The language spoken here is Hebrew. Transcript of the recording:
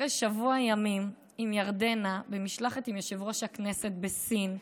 שאחרי שבוע ימים עם ירדנה במשלחת עם יושב-ראש הכנסת בסין,